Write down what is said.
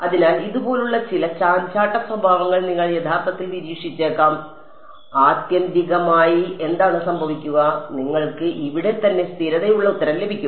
അതിനാൽ ഇതുപോലുള്ള ചില ചാഞ്ചാട്ട സ്വഭാവങ്ങൾ നിങ്ങൾ യഥാർത്ഥത്തിൽ നിരീക്ഷിച്ചേക്കാം ആത്യന്തികമായി എന്താണ് സംഭവിക്കുക നിങ്ങൾക്ക് ഇവിടെത്തന്നെ സ്ഥിരതയുള്ള ഉത്തരം ലഭിക്കും